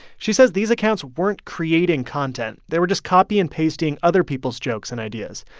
she says these accounts weren't creating content. they were just copy-and-pasting other people's jokes and ideas.